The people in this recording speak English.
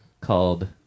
called